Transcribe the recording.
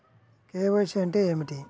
KYC అంటే ఏమిటి?